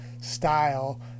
style